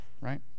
right